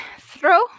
throw